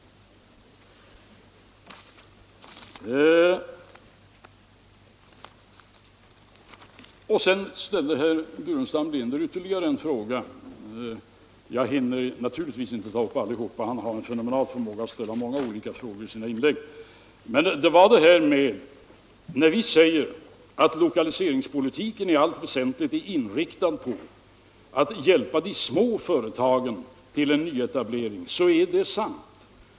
Herr Burenstam Linder ställde ytterligare en fråga — men jag hinner naturligtvis inte ta upp alla hans frågor, eftersom han har en fenomenal förmåga att hinna ställa många och olika frågor i sina inlägg - om lokaliseringspolitiken. När vi säger att lokaliseringspolitiken i allt väsentligt är inriktad på att hjälpa de små företagen till en nyetablering så är det sant.